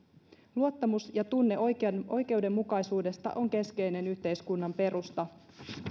luottamus ja tunne oikeudenmukaisuudesta on keskeinen yhteiskunnan perusta